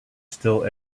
still